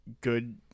good –